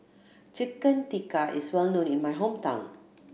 Chicken Tikka is well known in my hometown